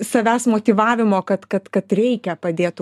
savęs motyvavimo kad kad kad reikia padėt